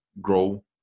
grow